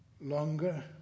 longer